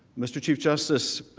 mr chief justice,